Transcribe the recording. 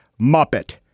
Muppet